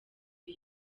the